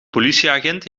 politieagent